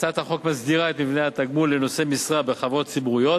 הצעת החוק מסדירה את מבנה התגמול לנושאי משרה בחברות ציבוריות